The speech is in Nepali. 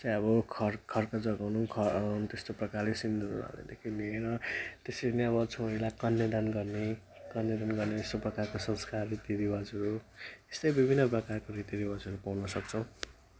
जस्तै अब खर खाँडो जगाउनु ख त्यस्तै प्रकारले सिन्दुरहरू हाल्नुदेखि लिएर त्यसरी नै अब छोरीलाई कन्यादान गर्ने कन्यादान गर्ने यस्तो प्रकारको संस्कार रीतिरिवाजहरू यस्तै विभिन्न प्रकारको रीतिरिवाजहरू पाउन सक्छौँ